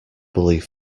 believe